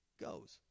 goes